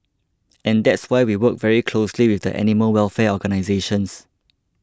and that's why we work very closely with the animal welfare organisations